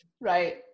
Right